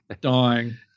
dying